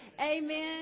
amen